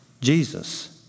Jesus